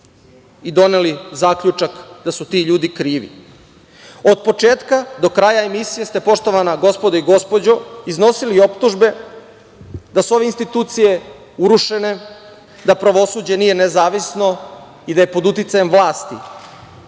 i doneli zaključak da su ti ljudi krivi? Od početka do kraja emisije ste, poštovana gospodo i gospođo, iznosili optužbe da su ove institucije urušene, da pravosuđe nije nezavisno i da je pod uticajem